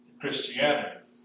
Christianity